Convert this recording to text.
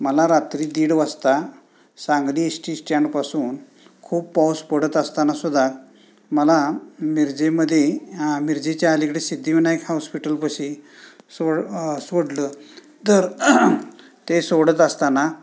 मला रात्री दीड वाजता सांगली एस टी स्टँडपासून खूप पाऊस पडत असताना सुद्धा मला मिरजेमध्ये मिरजेच्या अलीकडे सिद्धिविनायक हॉस्पिटलपशी सोड सोडलं तर ते सोडत असताना